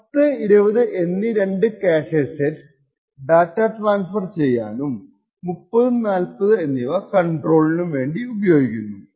10 20 എന്നീ രണ്ട് cache sets data transfer ചെയ്യാനും 30 40 എന്നിവ കോൺട്രോളിനും വേണ്ടി ഉപയോഗിക്കുന്നു